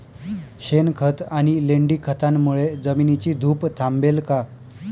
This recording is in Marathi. शेणखत आणि लेंडी खतांमुळे जमिनीची धूप थांबेल का?